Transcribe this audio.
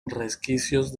resquicios